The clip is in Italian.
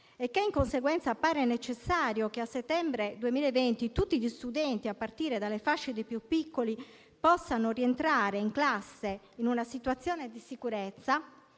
e poiché, di conseguenza, appare necessario che a settembre 2020 tutti gli studenti, a partire dalle fasce dei più piccoli, possano rientrare in classe in una situazione di sicurezza,